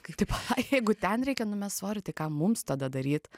kai tipo ai jeigu ten reikia numest svori tai ką mums tada daryt